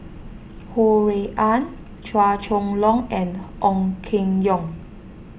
Ho Rui An Chua Chong Long and Ong Keng Yong